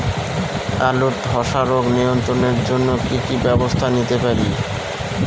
আলুর ধ্বসা রোগ নিয়ন্ত্রণের জন্য কি কি ব্যবস্থা নিতে পারি?